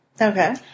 okay